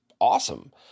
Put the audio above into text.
awesome